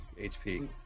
HP